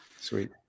sweet